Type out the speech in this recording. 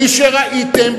בלי שראיתם,